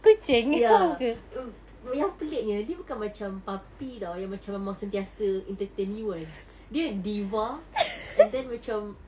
ya yang peliknya dia bukan macam puppy [tau] yang macam memang sentiasa entertain anyone dia diva and then macam